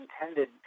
intended